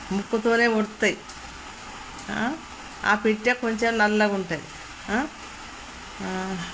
ముక్కు తోనే కొడతాయి ఆ పిట్ట కొంచెం నల్లగా ఉంటుంది